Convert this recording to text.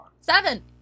Seven